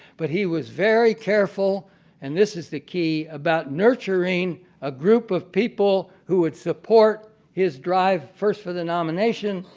but he was very careful and this is the key about nurturing a group of people who would support his drive first for the nomination,